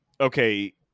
okay